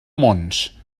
mons